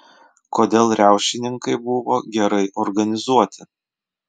kodėl riaušininkai buvo gerai organizuoti